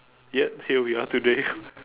yet here we are today